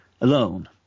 alone